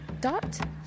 dot